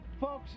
Folks